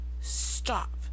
stop